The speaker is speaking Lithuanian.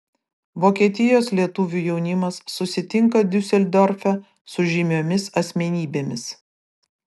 vokietijos lietuvių jaunimas susitinka diuseldorfe su žymiomis asmenybėmis